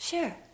Sure